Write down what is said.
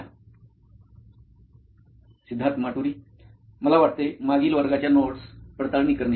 सिद्धार्थ माटुरी मुख्य कार्यकारी अधिकारी नॉइन इलेक्ट्रॉनिक्स मला वाटते मागील वर्गाच्या नोट्स पडताळणी करणे